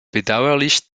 bedauerlich